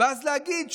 ואז להגיד,